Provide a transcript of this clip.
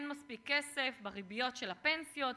אין מספיק כסף בריביות של הפנסיות,